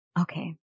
Okay